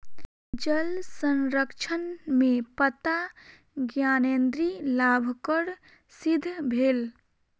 जल संरक्षण में पत्ता ज्ञानेंद्री लाभकर सिद्ध भेल